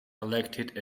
elected